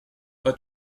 pas